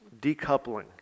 decoupling